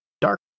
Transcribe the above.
dark